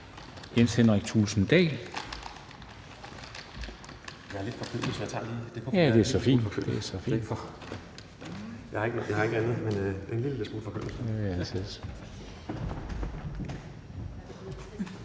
Jens Henrik Thulesen Dahl.